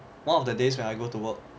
one of the days when I go to work